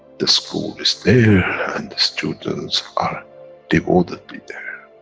the school is there and the students are devotedly there.